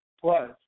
Plus